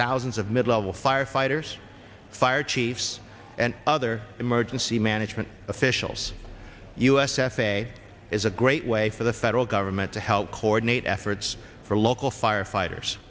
thousands of mid level firefighters fire chiefs and other emergency management officials u s f a a is a great way for the federal government to help coordinate efforts for local firefighters